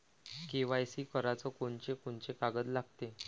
KYC कराच कोनचे कोनचे कागद लागते?